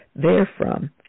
therefrom